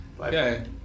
Okay